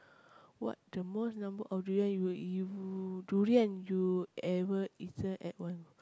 what the most number of durian you ev~ durian you ever eaten at one go